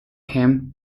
him